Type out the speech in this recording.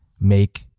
make